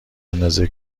اندازه